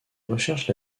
recherche